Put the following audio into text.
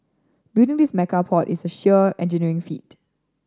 building this mega port is a sheer engineering feat